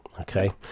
okay